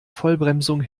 vollbremsung